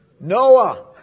Noah